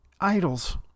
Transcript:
idols